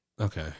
Okay